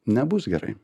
nebus gerai